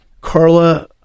carla